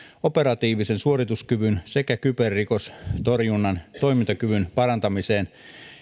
operatiivisen suorituskyvyn sekä kyberrikostorjunnan toimintakyvyn parantamiseen